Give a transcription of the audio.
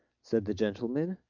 said the gentleman.